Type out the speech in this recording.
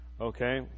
Okay